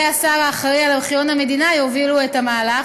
והשר האחראי לארכיון המדינה יובילו את המהלך.